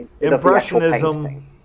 Impressionism